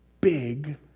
big